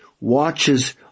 watches